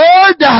Lord